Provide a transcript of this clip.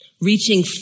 Reaching